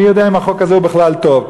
מי יודע אם החוק הזה הוא בכלל טוב.